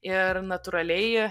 ir natūraliai